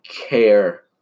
care